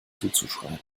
zuzuschreiben